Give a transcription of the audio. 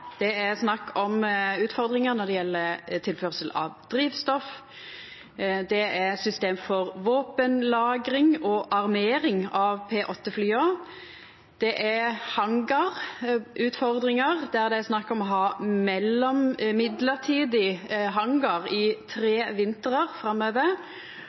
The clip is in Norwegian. Det er snakk om utfordringar når det gjeld tilførsel av drivstoff, det er system for våpenlagring og armering av P-8-flya, det er hangarutfordringar, der det er snakk om å ha mellombels hangar i tre vintrar framover,